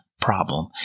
problem